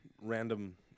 random